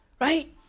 Right